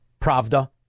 Pravda